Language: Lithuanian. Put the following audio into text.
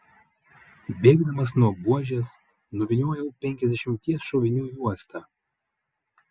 bėgdamas nuo buožės nuvyniojau penkiasdešimties šovinių juostą